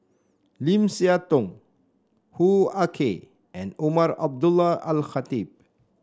Lim Siah Tong Hoo Ah Kay and Umar Abdullah Al Khatib